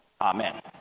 amen